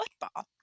football